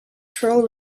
pearl